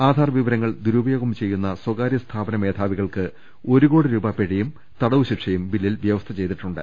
ആധാർ വിവരങ്ങൾ ദുരുപയോഗം ചെയ്യുന്ന സ്ഥകാര്യ സ്ഥാപന മേധാവികൾക്ക് ഒരു കോടി രൂപ പിഴയും തടവ് ശിക്ഷയും ബില്ലിൽ വ്യവസ്ഥ ചെയ്തിട്ടുണ്ട്